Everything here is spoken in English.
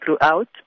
throughout